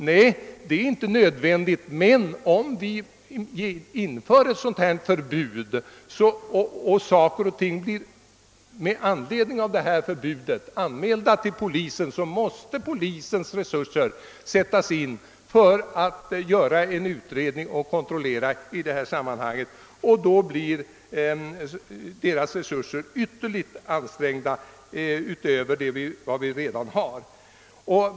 Nej, det är inte nödvändigt, men om vi inför ett förbud och saker och ting med anledning av detta förbud blir anmälda, måste polisen sättas in för att göra en utredning och kontroll, och då blir dess resurser ytterligare ansträngda.